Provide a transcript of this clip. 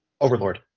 overlord